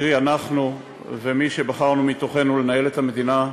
קרי, אנחנו ומי שבחרנו מתוכנו לנהל את המדינה,